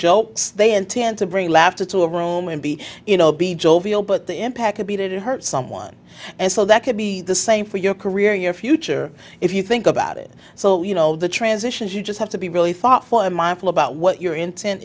jokes they intend to bring laughter to a room and be you know be jovial but the impact would be to hurt someone and so that could be the same for your career your future if you think about it so you know the transitions you just have to be really thoughtful and mindful about what your intent